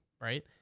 right